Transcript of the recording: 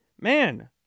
man